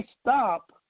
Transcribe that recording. stop